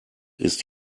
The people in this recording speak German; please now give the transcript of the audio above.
ist